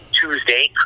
Tuesday